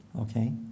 Okay